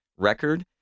Record